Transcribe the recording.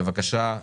בבקשה,